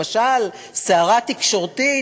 למשל סערה תקשורתית,